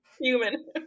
Human